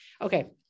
okay